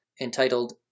entitled